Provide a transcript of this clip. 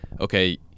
okay